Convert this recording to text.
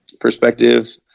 perspective